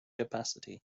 capacity